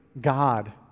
god